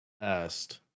asked